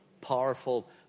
powerful